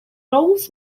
rows